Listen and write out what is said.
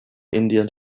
indian